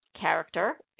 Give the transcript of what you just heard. character